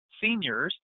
seniors